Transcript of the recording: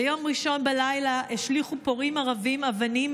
ביום ראשון בלילה השליכו פורעים ערבים אבנים